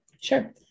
sure